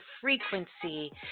frequency